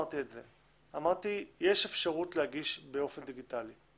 אמרתי שיש אפשרות להגיש באופן דיגיטלי.